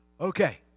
Okay